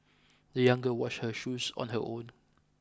the young girl washed her shoes on her own